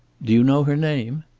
do you know her name?